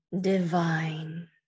divine